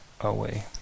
away